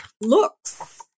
looks